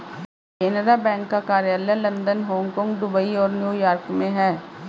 Canara bank का कार्यालय London Hong Kong Dubai और न्यू यॉर्क में है